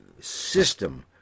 system